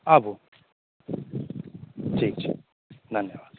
आबू जी जी धन्यवाद